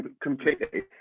completely